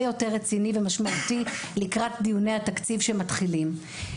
יותר רציני ומשמעותי לקראת דיוני התקציב שמתחילים.